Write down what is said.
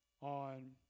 on